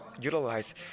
utilize